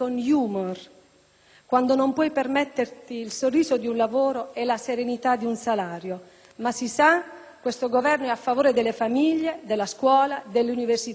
quando non puoi permetterti il sorriso di un lavoro e la serenità di un salario? Ma si sa, questo Governo è a favore delle famiglie, della scuola, dell'università e delle donne,